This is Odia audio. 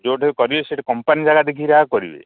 ଯେଉଁଠିବି କରିବେ ସେଠି କମ୍ପାନୀ ଜାଗା ଦେଖିକି ଏକା କରିବେ